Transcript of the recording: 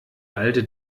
alte